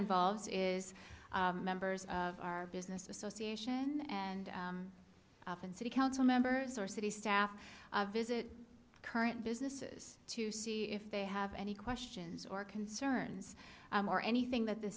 involves is members of our business association and often city council members or city staff visit current businesses to see if they have any questions or concerns or anything that the